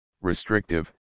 restrictive